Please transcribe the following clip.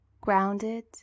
grounded